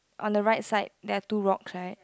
on the right side there have two rock right